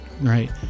Right